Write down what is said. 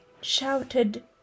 shouted